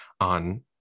on